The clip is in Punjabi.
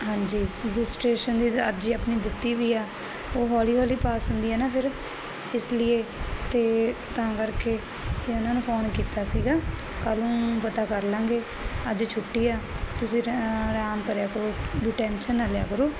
ਹਾਂਜੀ ਰਜਿਸਟਰੇਸ਼ਨ ਦੀ ਅਰਜੀ ਆਪਣੀ ਦਿੱਤੀ ਹੋਈ ਆ ਉਹ ਹੌਲੀ ਹੌਲੀ ਪਾਸ ਹੁੰਦੀ ਹ ਨਾ ਫਿਰ ਇਸ ਲੀਏ ਤੇ ਤਾਂ ਕਰਕੇ ਤੇ ਉਹਨਾਂ ਨੂੰ ਫੋਨ ਕੀਤਾ ਸੀਗਾ ਕੱਲ ਨੂੰ ਪਤਾ ਕਰ ਲਾਂਗੇ ਅੱਜ ਛੁੱਟੀ ਆ ਤੁਸੀਂ ਆਰਾਮ ਕਰਿਆ ਕਰੋ ਵੀ ਟੈਂਸ਼ਨ ਨਾ ਲਿਆ ਕਰੋ